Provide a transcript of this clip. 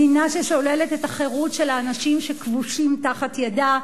מדינה ששוללת את החירות של האנשים שכבושים תחת ידה,